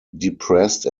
depressed